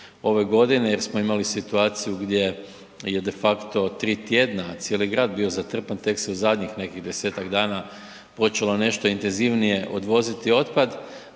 ove godine jer smo imali situaciju gdje je defakto 3 tjedna cijeli grad bio zatrpan, tek se u zadnjih nekih 10-tak dana počelo nešto intenzivnije odvoziti otpad